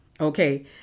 Okay